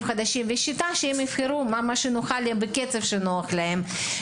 החדשים ושיבחרו את השיטה שנוחה להם והקצב שנוח להם.